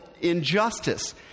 injustice